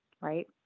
right